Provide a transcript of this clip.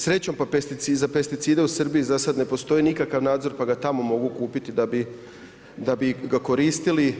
Srećom za pesticide u Srbiji, za sad ne postoji nikakav nadzor, pa ga tamo mogu kupiti da bi ga koristili.